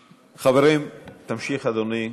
חברים, תמשיך, אדוני.